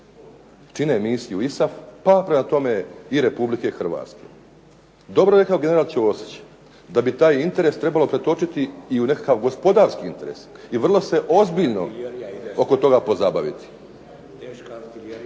čine Misiju ISAF, pa prema tome i Republike Hrvatske. Dobro je rekao general Ćosić, da bi taj interes trebalo pretočiti i u nekakav gospodarski interes i vrlo se ozbiljno oko toga pozabaviti.